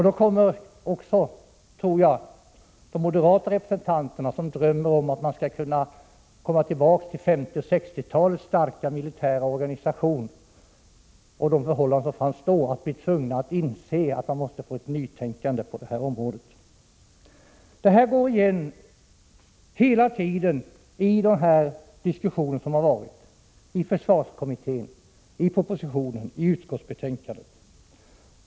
Då kommer, tror jag, även de moderata representanterna, som drömmer om att man skall kunna återgå till 50 och 60-talens starka militära organisation och de förhållanden som då rådde, att tvingas inse att det är nödvändigt med ett nytänkande på detta område. Det här går igen hela tiden i den diskussion som förevarit — i försvarskom mittén, i propositionen, i utskottsbetänkandet.